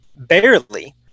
barely